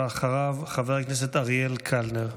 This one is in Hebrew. אחריו, חבר הכנסת אריאל קלנר.